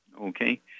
Okay